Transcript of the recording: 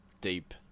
deep